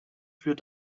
für